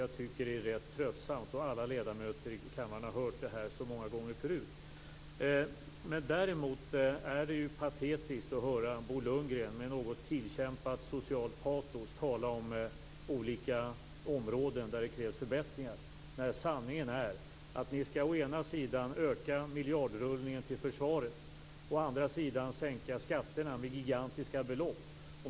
Jag tycker att det är rätt tröttsamt, och alla ledamöter i kammaren har hört detta så många gånger förut. Däremot är det ju patetiskt att höra Bo Lundgren, med något tillkämpat socialt patos, tala om olika områden där det krävs förbättringar. Sanningen är att ni å ena sidan skall öka miljardrullningen till försvaret och å andra sidan sänka skatterna med gigantiska belopp.